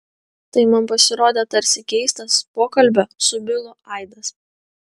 tai man pasirodė tarsi keistas pokalbio su bilu aidas